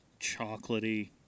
Chocolatey